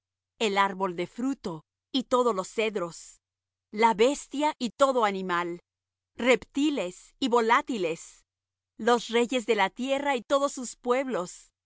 el árbol de fruto y todos los cedros la bestia y todo animal reptiles y volátiles los reyes de la tierra y todos los pueblos